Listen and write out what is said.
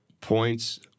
points